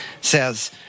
says